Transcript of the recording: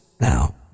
now